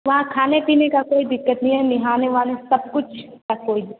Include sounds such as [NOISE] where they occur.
वहाँ खाने पीने का कोई दिक्कत नहीं है नहाने वहाने का सब कुछ [UNINTELLIGIBLE]